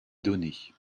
donner